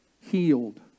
healed